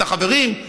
את החברים,